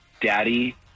Daddy